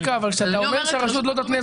כשאתה אומר שהרשות המקומית לא תתנה,